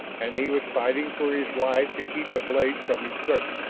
and he was fighting for his life to keep a blade from his throat.